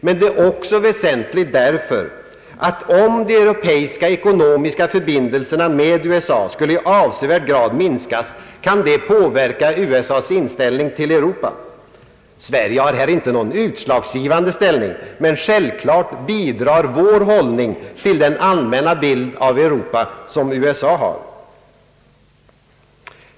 Men det är också väsentligt därför att om de europeiska ekonomiska förbindelserna med USA skulle i avsevärd grad minskas kan det påverka USA:s inställning till Europa. Sverige har här inte någon utslagsgivande ställning, men självfallet bidrar vår hållning till den allmänna bild av Europa som USA har.